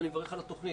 אני מברך על התוכנית,